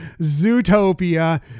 Zootopia